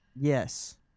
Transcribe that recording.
yes